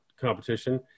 competition